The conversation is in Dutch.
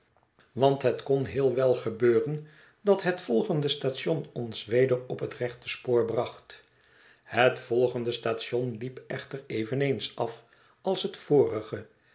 want het kon heel wel gebeuren dat het volgende station ons weder op het rechte spoor bracht het volgende station liep echter eveneens af als het vorige